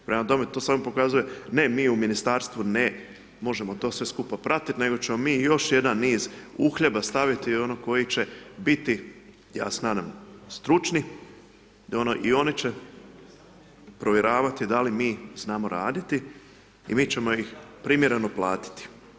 Prema tome, to samo pokazuje ne mi u Ministarstvu ne možemo to sve skupa pratiti, nego ćemo mi još jedan niz uhljeba staviti koji će biti, ja se nadam, stručni, i oni će provjeravati da li mi znamo raditi i mi ćemo ih primjereno platiti.